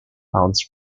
pounds